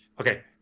Okay